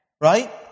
right